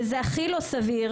וזה הכי לא סביר,